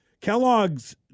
Kellogg's